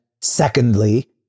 secondly